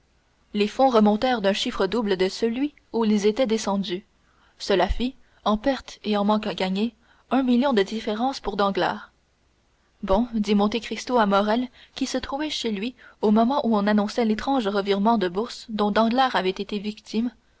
les fonds remontèrent d'un chiffre double de celui où ils étaient descendus cela fit en perte et en manque à gagner un million de différence pour danglars bon dit monte cristo à morrel qui se trouvait chez lui au moment où on annonçait l'étrange revirement de bourse dont danglars avait été victime